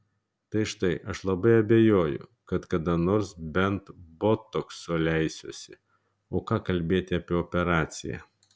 tai štai aš labai abejoju kad kada nors bent botokso leisiuosi o ką kalbėti apie operaciją